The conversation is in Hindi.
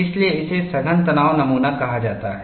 इसीलिए इसे सघन तनाव नमूना कहा जाता है